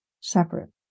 separate